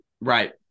Right